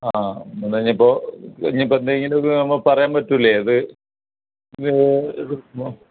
ആ എന്നാൽ ഇനി ഇപ്പോൾ ഇനി ഇപ്പം എന്തെങ്കിലും ഒരു ഇത് നമുക്ക് പറയാൻ പറ്റൂല അത്